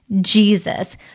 Jesus